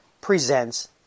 presents